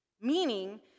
meaning